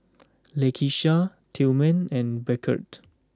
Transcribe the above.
Lakeisha Tilman and Beckett